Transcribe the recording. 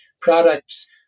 products